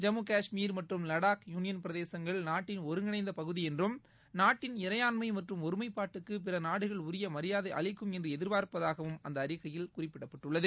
ஜம்முகாஷ்மீர் மற்றும் லடாக் யூனியன் பிரதேசங்கள் நாட்டின் ஒருங்கிணைந்தபகுதிஎன்றும் நாட்டின இறையாண்மைமற்றும் ஒருமைப்பாட்டுக்குபிறநாடுகள் உரியமரியாதைஅளிக்கும் என்றுஎதிர்பார்ப்பதாகவும் அந்தஅறிக்கையில் குறிப்பிடப்பட்டுள்ளது